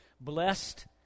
blessed